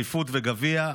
אליפות וגביע,